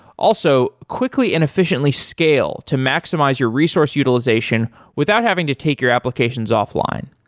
also, quickly and efficiently scale to maximize your resource utilization without having to take your applications offline.